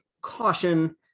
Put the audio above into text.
caution